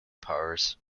powers